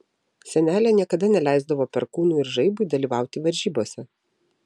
senelė niekada neleisdavo perkūnui ir žaibui dalyvauti varžybose